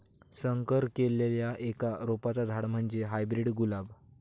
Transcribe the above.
संकर केल्लल्या एका रोपाचा झाड म्हणजे हायब्रीड गुलाब